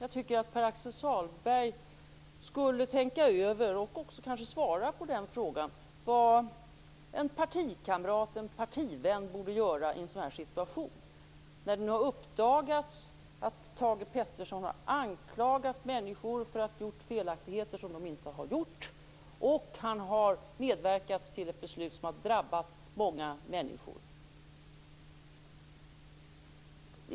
Pär-Axel Sahlberg borde tänka över, och kanske också svara på frågan, vad en partikamrat, en partivän, borde göra i en sådan här situation. Det har uppdagats att Thage G Peterson har anklagat människor för att ha gjort felaktigheter som de inte har gjort, och han har medverkat till ett beslut som har drabbat många människor.